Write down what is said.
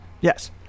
yes